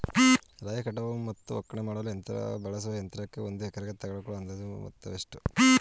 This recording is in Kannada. ರಾಗಿ ಕಟಾವು ಮತ್ತು ಒಕ್ಕಣೆ ಮಾಡಲು ಬಳಸುವ ಯಂತ್ರಕ್ಕೆ ಒಂದು ಎಕರೆಗೆ ತಗಲುವ ಅಂದಾಜು ವೆಚ್ಚ ಎಷ್ಟು?